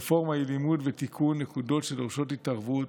רפורמה היא לימוד ותיקון נקודות שדורשות התערבות,